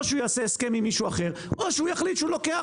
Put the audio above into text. או שהוא יעשה הסכם עם מישהו אחר או שהוא יחליט שהוא לוקח